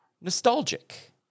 nostalgic